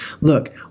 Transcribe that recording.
look